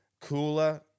cooler